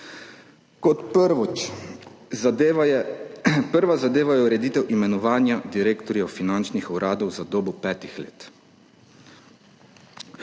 razloga. Prva zadeva je ureditev imenovanja direktorjev finančnih uradov za dobo petih let